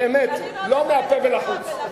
באמת, לא מהפה אל החוץ.